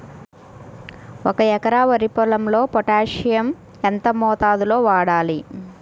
ఒక ఎకరా వరి పొలంలో పోటాషియం ఎంత మోతాదులో వాడాలి?